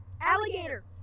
Alligator